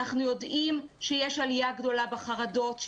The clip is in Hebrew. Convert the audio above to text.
אנחנו יודעים שיש עלייה גדולה בחרדות,